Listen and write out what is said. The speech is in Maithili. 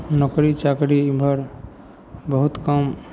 नोकरी चाकरी एमहर बहुत कम